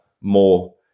more